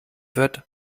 wird